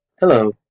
Hello